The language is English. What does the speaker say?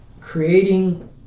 creating